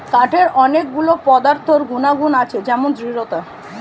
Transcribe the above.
কাঠের অনেক গুলো পদার্থ গুনাগুন আছে যেমন দৃঢ়তা